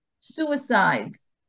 suicides